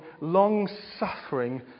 long-suffering